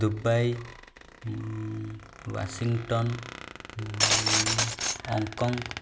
Dubai Washington Hong Kong